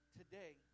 today